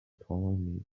calling